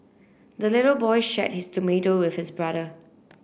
the little boy shared his tomato with his brother